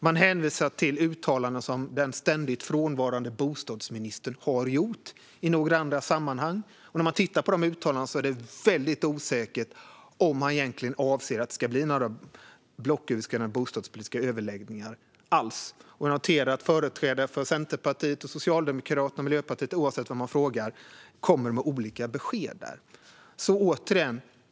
Man hänvisar till uttalanden som den ständigt frånvarande bostadsministern har gjort i andra sammanhang, men när man tittar på uttalandena verkar det väldigt osäkert om han verkligen avser att det ska bli några blocköverskridande bostadspolitiska överläggningar alls. Jag noterar att företrädare för Centerpartiet, Socialdemokraterna och Miljöpartiet kommer med olika besked där.